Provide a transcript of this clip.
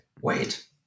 wait